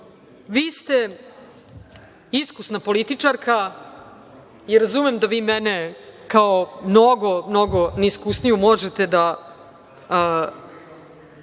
vi ste iskusna političarka i razumem da vi mene, kao mnogo, mnogo neiskusniju možete da